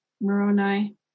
Moroni